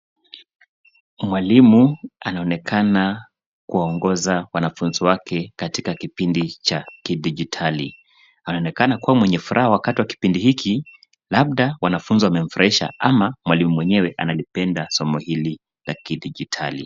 Mwalimu anaonekana kuwaongoza wanafunzi wake katika kipindi cha kidijitali. Anaonekana kuwa mwenye furaha wakati watu wa kipindi hiki labda wanafunzi wamemfurahisha ama mwalimu mwenyewe analipenda somo hili la kidijitali.